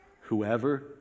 whoever